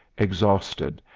exhausted,